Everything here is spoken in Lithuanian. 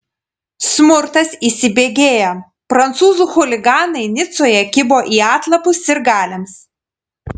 smurtas įsibėgėja prancūzų chuliganai nicoje kibo į atlapus sirgaliams